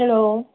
hello